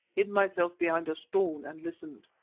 hid myself behind a stone and listened.